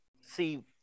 see